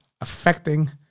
affecting